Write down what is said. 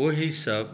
ओहि सब